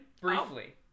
briefly